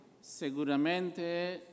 Seguramente